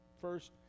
First